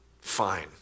Fine